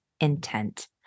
intent